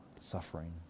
suffering